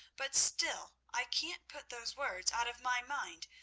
but still i can't put those words out of my mind,